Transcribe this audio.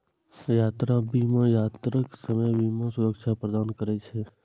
यात्रा बीमा यात्राक समय बीमा सुरक्षा प्रदान करै छै